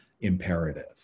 imperative